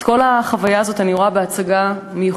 את כל החוויה הזאת אני רואה בהצגה מיוחדת